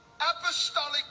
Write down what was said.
Apostolic